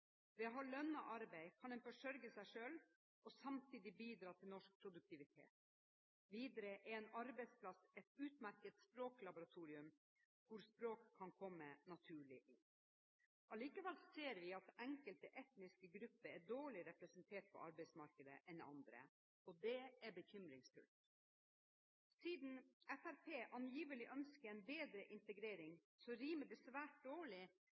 Ved å ha lønnet arbeid kan en forsørge seg selv og samtidig bidra til norsk produktivitet. Videre er en arbeidsplass et utmerket språklaboratorium hvor språket kan komme naturlig inn. Allikevel ser vi at enkelte etniske grupper er dårligere representert på arbeidsmarkedet enn andre. Det er bekymringsfullt. Siden Fremskrittspartiet angivelig ønsker en bedre integrering, rimer det svært dårlig